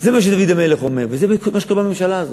זה מה שדוד המלך אומר וזה בדיוק מה שקורה בממשלה הזאת.